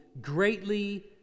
greatly